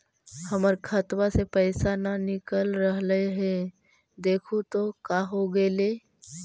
हमर खतवा से पैसा न निकल रहले हे देखु तो का होगेले?